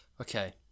okay